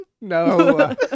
no